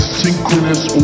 synchronous